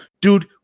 dude